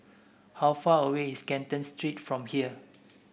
how far away is Canton Street from here